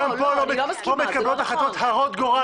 כאן מתקבלות החלטות הרות גורל.